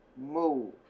move